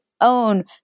own